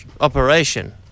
operation